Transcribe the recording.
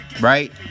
Right